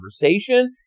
conversation